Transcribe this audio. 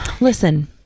listen